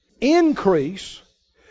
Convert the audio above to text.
Increase